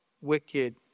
wicked